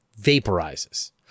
vaporizes